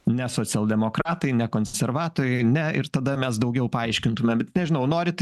ne socialdemokratai ne konservatoriai ne ir tada mes daugiau paaiškintume bet nežinau norit